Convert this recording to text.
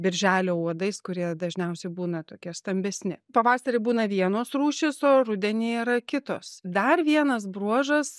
birželio uodais kurie dažniausiai būna tokie stambesni pavasarį būna vienos rūšys o rudenį yra kitos dar vienas bruožas